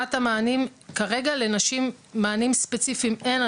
מבחינת המענים, כרגע לנשים מענים ספציפיים אין.